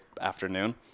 afternoon